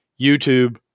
YouTube